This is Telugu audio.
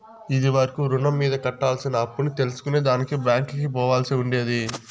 ఇది వరకు రుణం మీద కట్టాల్సిన అప్పుని తెల్సుకునే దానికి బ్యాంకికి పోవాల్సి ఉండేది